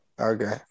Okay